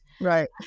Right